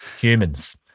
Humans